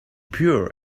pure